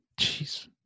jeez